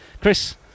Chris